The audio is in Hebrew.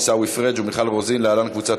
עיסאווי פריג' ומיכל רוזין (להלן: קבוצת